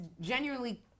genuinely